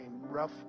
rough